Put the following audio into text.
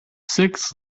six